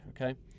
okay